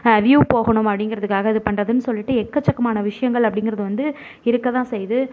view போகணும் அப்படிங்கிறதுக்காக இது பண்றதுன்னு சொல்லிவிட்டு எக்கச்சக்கமான விஷயங்கள் அப்டிங்கிறது வந்து இருக்க தான் செய்யுது